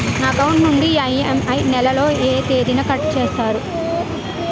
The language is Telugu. నా అకౌంట్ నుండి ఇ.ఎం.ఐ నెల లో ఏ తేదీన కట్ చేస్తారు?